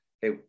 Hey